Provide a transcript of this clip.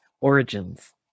origins